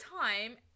time